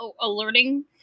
alerting